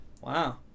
wow